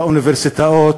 באוניברסיטאות,